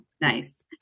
Nice